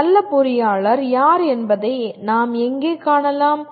ஒரு நல்ல பொறியாளர் யார் என்பதை நாம் எங்கே காணலாம்